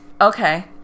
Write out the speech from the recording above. Okay